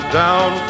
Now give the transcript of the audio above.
down